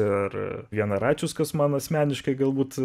ir vienaračius kas man asmeniškai galbūt